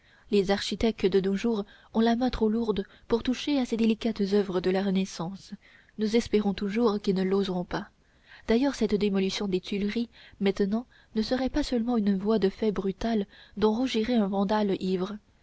les architectes de nos jours ont la main trop lourde pour toucher à ces délicates oeuvres de la renaissance nous espérons toujours qu'ils ne l'oseront pas d'ailleurs cette démolition des tuileries maintenant ne serait pas seulement une voie de fait brutale dont rougirait un vandale ivre